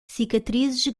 cicatrizes